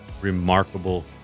remarkable